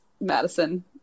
Madison